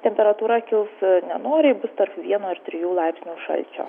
temperatūra kils nenoriai bus tarp vieno ir trijų laipsnių šalčio